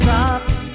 Dropped